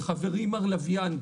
חברי מר לביאן,